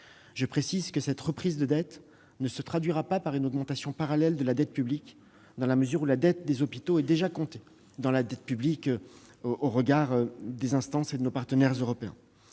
bienvenue. Cette reprise de dette ne se traduira pas par une augmentation parallèle de la dette publique, dans la mesure où la dette des hôpitaux y est déjà comptabilisée, au regard des instances et de nos partenaires européens.